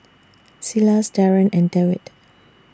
Silas Daren and Dewitt